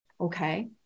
okay